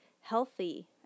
healthy